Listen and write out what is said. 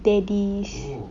daddies